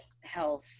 health